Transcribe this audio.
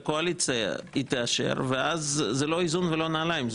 לקואליציה היא תאשר ואז זה לא איזון ולא נעליים,